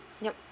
yup